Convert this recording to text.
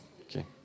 okay